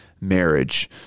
marriage